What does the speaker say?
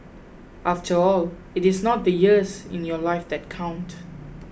after all it is not the years in your life that count